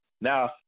Now